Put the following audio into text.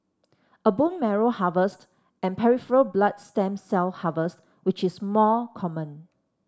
a bone marrow harvest and peripheral blood stem cell harvest which is more common